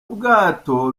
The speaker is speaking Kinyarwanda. bwato